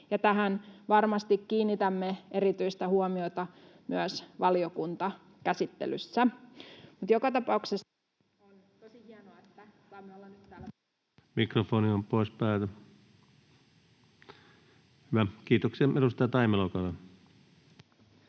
tähän varmasti kiinnitämme erityistä huomiota myös valiokuntakäsittelyssä.